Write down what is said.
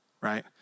right